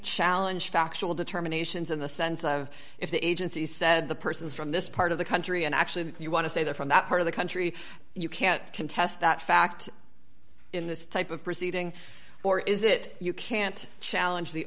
challenge factual determinations in the sense of if the agency said the person is from this part of the country and actually you want to say that from that part of the country you can't contest that fact in this type of proceeding or is it you can't challenge the